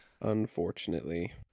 Unfortunately